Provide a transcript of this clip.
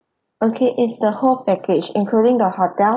okay it's the whole package including the hotel